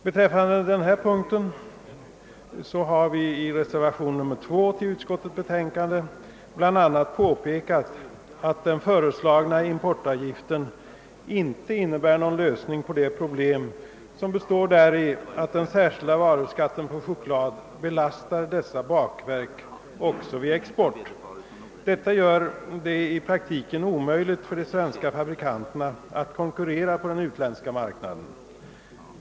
Beträffande denna punkt har vi i reservationen 2 till utskottets betänkande påpekat att den föreslagna importavgiften inte innebär någon lösning på det problem som består däri, att den särskilda varuskatten på choklad belastar nu ifrågavarande bakverk även vid export. Detta gör det i praktiken omöjligt för de svenska fabrikanterna att konkurrera på den utländska marknaden.